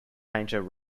painter